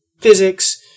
physics